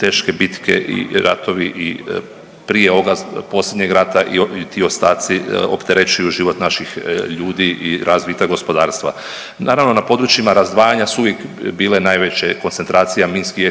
teške bitke i ratovi i prije ovoga posljednjeg rata i ti ostaci opterećuju život naših ljudi i razvitak gospodarstva. Naravno na područjima razdvajanja su uvijek bile najveće koncentracija minski